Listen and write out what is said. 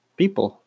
people